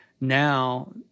now